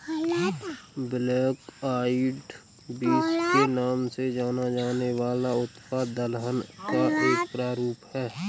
black eyed beans के नाम से जाना जाने वाला उत्पाद दलहन का एक प्रारूप है